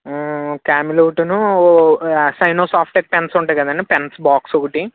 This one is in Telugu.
క్యామెల్ ఒకటి సైనో సాప్టిక్ పెన్స్ ఉంటాయి కదండి పెన్స్ బాక్స్ ఒకటి